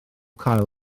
cael